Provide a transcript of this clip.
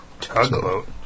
tugboat